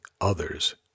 others